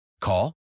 Call